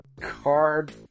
card